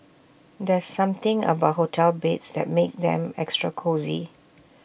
there's something about hotel beds that makes them extra cosy